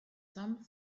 some